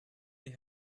they